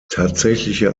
tatsächliche